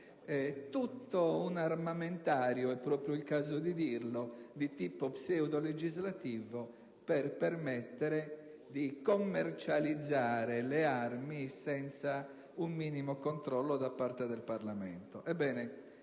tutto un armamentario - è proprio il caso di dirlo - di tipo pseudolegislativo per permettere di commercializzare le armi senza un minimo controllo da parte del Parlamento.